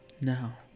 Now